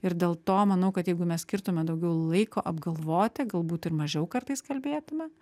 ir dėl to manau kad jeigu mes skirtume daugiau laiko apgalvoti galbūt ir mažiau kartais kalbėtume